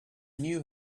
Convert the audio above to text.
knew